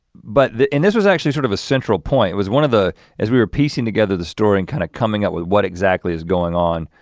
but, and this was actually sort of a central point, it was one of the, as we were piecing together the story, and kind of coming up with what exactly is going on